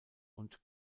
und